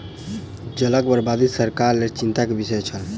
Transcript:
जलक बर्बादी सरकार के लेल चिंता के विषय छल